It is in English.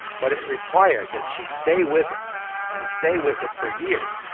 but it required that she stay with it and stay with it for years.